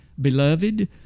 Beloved